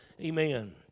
Amen